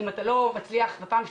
אם אתה לא מצליח בפעם השלישית,